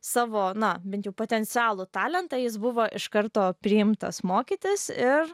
savo na bent jų potencialų talentą jis buvo iš karto priimtas mokytis ir